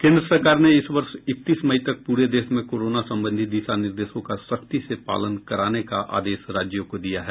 केंद्र सरकार ने इस वर्ष इकतीस मई तक पूरे देश में कोरोना संबंधी दिशा निर्देशों का सख्ती से पालन कराने का आदेश राज्यों को दिया है